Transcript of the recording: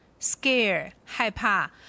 Scare,害怕